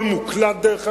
דרך אגב,